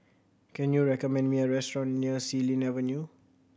can you recommend me a restaurant near Xilin Avenue